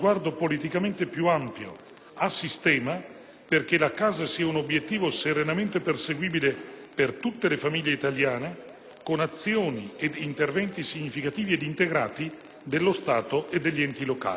a sistema, perché la casa sia un obiettivo serenamente perseguibile per tutte le famiglie italiane, con azioni ed interventi significativi ed integrati dello Stato e degli enti locali.